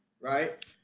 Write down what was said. right